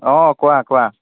অঁ কোৱা কোৱা